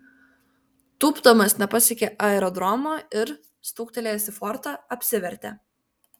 tūpdamas nepasiekė aerodromo ir stuktelėjęs į fortą apsivertė